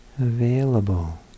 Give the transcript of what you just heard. available